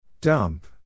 Dump